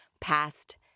past